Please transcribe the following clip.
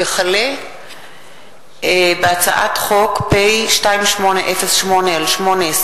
וכלה בהצעת חוק פ/2808/18,